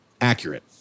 accurate